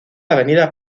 avenida